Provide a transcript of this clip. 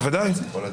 בוודאי.